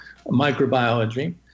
microbiology